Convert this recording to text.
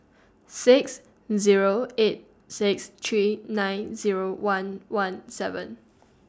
six Zero eight six three nine Zero one one seven